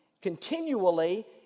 continually